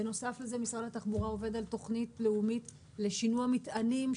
בנוסף לזה משרד התחבורה עובד על תכנית לאומית לשינוע מטענים,